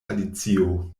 alicio